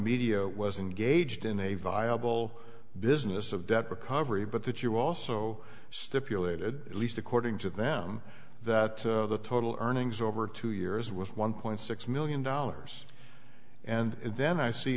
media wasn't gauged in a viable business of deborah coverage but that you also stipulated at least according to them that the total earnings over two years was one point six million dollars and then i see